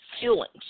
feelings